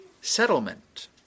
Settlement